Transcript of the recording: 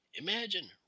Imagine